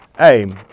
Hey